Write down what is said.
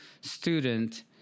student